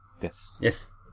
Yes